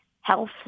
health